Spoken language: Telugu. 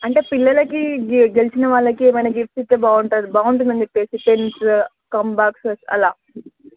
అంటే పిల్లలకి గె గెలిచిన వాళ్ళకి ఏమన్న గిఫ్ట్ ఇస్తే బాగుంటుంది బాగుంటుంది అని చెప్పి పెన్స్ కంబాక్సెస్ అలా